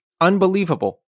unbelievable